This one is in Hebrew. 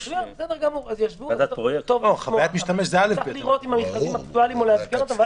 צריך לבדוק אם המכרזים אקטואליים ואז לעדכן אותם.